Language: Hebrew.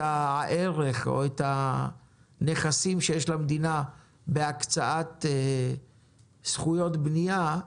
הערך או את הנכסים שיש למדינה בהקצאת זכויות בנייה,